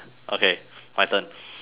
okay my turn